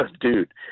dude